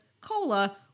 cola